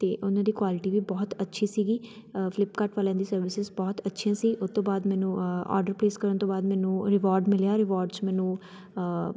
ਅਤੇ ਉਹਨਾਂ ਦੀ ਕੁਆਲਿਟੀ ਵੀ ਬਹੁਤ ਅੱਛੀ ਸੀਗੀ ਫਲਿੱਪਕਾਰਟ ਵਾਲਿਆਂ ਦੀ ਸਰਵਿਸਿਸ ਬਹੁਤ ਅੱਛੀਆਂ ਸੀ ਉਹ ਤੋਂ ਬਾਅਦ ਮੈਨੂੰ ਔਡਰ ਪਲੇਸ ਕਰਨ ਤੋਂ ਬਾਅਦ ਮੈਨੂੰ ਰਿਵੋਰਡ ਮਿਲਿਆ ਰਿਵੋਰਡ 'ਚ ਮੈਨੂੰ